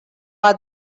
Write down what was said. are